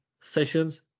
sessions